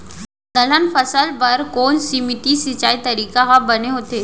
दलहन फसल बर कोन सीमित सिंचाई तरीका ह बने होथे?